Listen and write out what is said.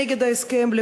נגד ההסכם,